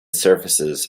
surfaces